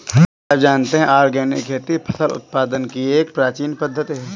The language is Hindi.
क्या आप जानते है ऑर्गेनिक खेती फसल उत्पादन की एक प्राचीन पद्धति है?